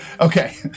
Okay